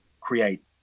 create